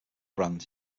brand